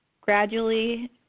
gradually